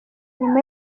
nyuma